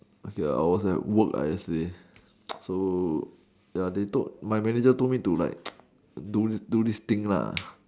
okay I was like work yesterday so my manager told me to like do these do these things